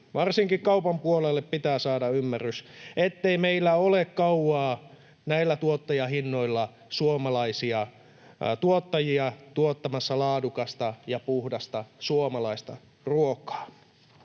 Varsinkin kaupan puolelle pitää saada ymmärrys, ettei meillä ole kauaa näillä tuottajahinnoilla suomalaisia tuottajia tuottamassa laadukasta ja puhdasta suomalaista ruokaa.